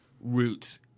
Roots